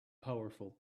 powerful